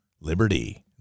Liberty